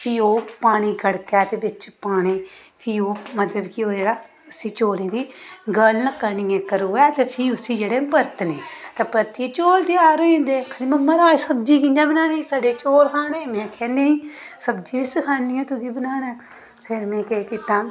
फ्ही ओह् पानी गड़के ते बिच पाने फ्ही ओह् मतलब कि ओह् जेह्ड़ा उसी चौलें गी गलन फिर उसी जेह्ड़ा ऐ परतने परतियै चौल त्यार होई जंदे आखदी ममां सब्जी कि'यां बनानी छडे़ चौल खाने में आखेआ नेईं सब्जी बी सखानी आं तुगी में बनाना फिर में केह् कीता